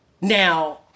Now